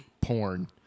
porn